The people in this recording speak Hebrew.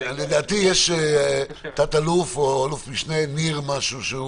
--- לדעתי יש תת-אלוף או אלוף משנה ניר משהו שהוא